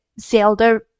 zelda